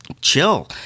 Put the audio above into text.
chill